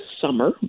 summer